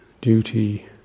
duty